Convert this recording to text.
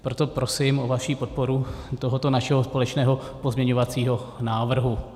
Proto prosím o vaši podporu tohoto našeho společného pozměňovacího návrhu.